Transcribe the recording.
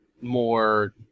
more